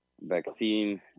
Vaccine